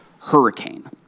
hurricane